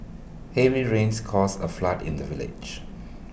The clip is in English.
heavy rains caused A flood in the village